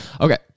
Okay